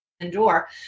endure